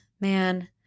man